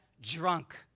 drunk